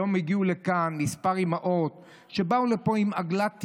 היום הגיעו לכאן כמה אימהות שבאו עם עגלת תינוק,